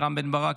רם בן ברק,